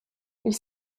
ils